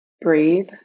breathe